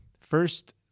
First